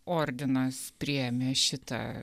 ordinas priėmė šitą